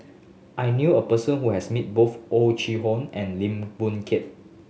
I knew a person who has met both Oh Chai Hoo and Lim Boon Keng